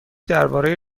درباره